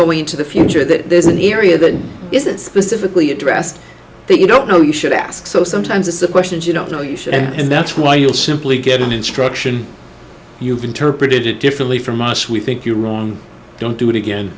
going into the future that there's an area that isn't specifically addressed that you don't know you should ask so sometimes it's the questions you don't know you should and that's why you'll simply get an instruction you've interpreted it differently from us we think you're wrong don't do it again